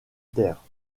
terre